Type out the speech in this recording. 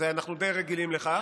אנחנו די רגילים לכך,